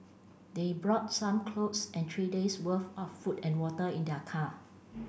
they brought some clothes and three days worth of food and water in their car